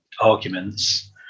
arguments